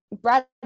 brad